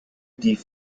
die